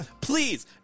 Please